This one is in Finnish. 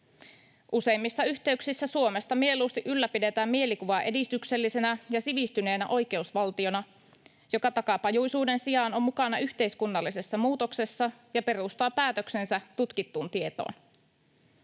Useimmissa yhteyksissä Suomesta mieluusti ylläpidetään mielikuvaa edistyksellisenä ja sivistyneenä oikeusvaltiona, joka takapajuisuuden sijaan on mukana yhteiskunnallisessa muutoksessa ja perustaa päätöksensä tutkittuun tietoon.